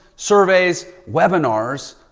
surveys, webinars,